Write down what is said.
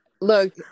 Look